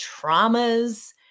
traumas